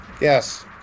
Yes